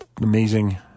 amazing